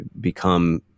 become